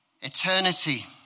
eternity